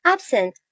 Absent